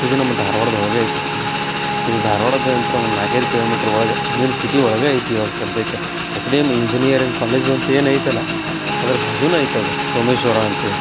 ಇದು ನಮ್ಮ ಧಾರ್ವಾಡದೊಳಗೆ ಐತಿ ಇದು ಇದು ಧಾರ್ವಾಡದ್ದು ಅಂತ ಒಂದು ನಾಲ್ಕೈದು ಕಿಲೋಮೀಟ್ರ್ ಒಳಗೆ ಮೇನ್ ಸಿಟಿ ಒಳಗೆ ಐತಿ ಇವಾಗ ಸದ್ಯಕ್ಕೆ S D M engineering college ಅಂತ ಏನೈತಲ್ಲ ಅದ್ರ ಬಾಜುನೇ ಐತಿ ಅದು ಸೋಮೇಶ್ವರ ಅಂತ